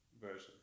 version